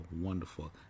wonderful